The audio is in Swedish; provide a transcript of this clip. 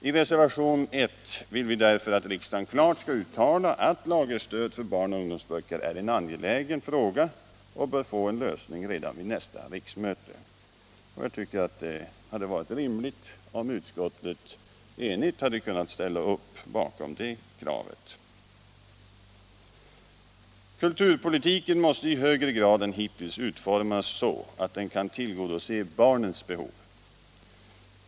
I reservation 1 vill vi därför att riksdagen klart skall uttala att lagerstöd för barnoch ungdomsböcker är en angelägen fråga, som bör få en lösning redan vid nästa riksmöte. Och jag tycker att det hade varit rimligt att utskottet enigt kunnat ställa upp bakom det kravet. Kulturpolitiken måste i högre grad än hittills utformas så att den kan tillgodose barnens behov.